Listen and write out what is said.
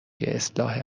اصلاح